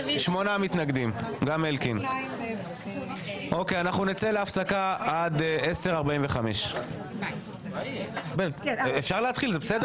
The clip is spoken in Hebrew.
אנחנו נצא להפסקה עד 10:45. (הישיבה נפסקה בשעה